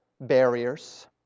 barriers